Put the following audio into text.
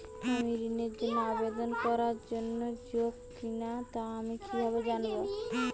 আমি ঋণের জন্য আবেদন করার যোগ্য কিনা তা আমি কীভাবে জানব?